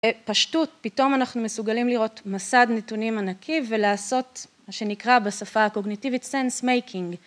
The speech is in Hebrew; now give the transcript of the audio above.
פשטות, פתאום אנחנו מסוגלים לראות מסד נתונים ענקי ולעשות מה שנקרא בשפה הקוגניטיבית sense making.